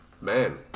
man